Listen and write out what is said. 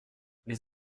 les